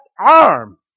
arm